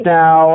now